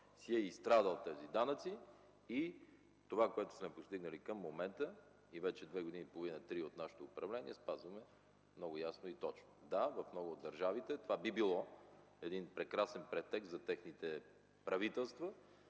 си е изстрадал тези данъци. Това, което сме постигнали към момента – вече 2,5-3 години от нашето управление, го спазваме много ясно и точно. Да, в много от държавите това би било един прекрасен претекст на техните правителства